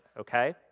okay